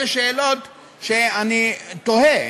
אלה שאלות שאני תוהה,